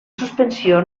suspensió